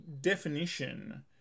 definition